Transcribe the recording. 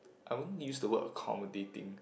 I won't use the word accommodating